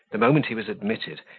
the moment he was admitted,